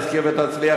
תשכיל ותצליח,